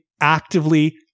actively